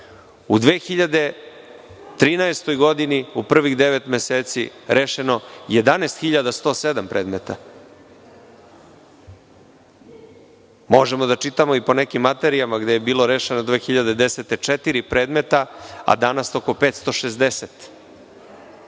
u 2013. godini u prvih devet meseci rešeno je 11.107 predmeta. Možemo da čitamo i po nekim materijama gde je bilo rešeno 2010. četiri predmeta, a danas oko 560.